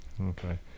okay